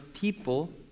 people